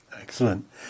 excellent